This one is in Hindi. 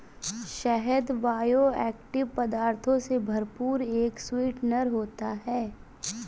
शहद बायोएक्टिव पदार्थों से भरपूर एक स्वीटनर होता है